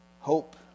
hope